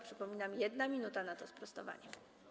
Przypominam, 1 minuta na to sprostowanie.